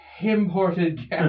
imported